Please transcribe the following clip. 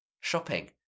shopping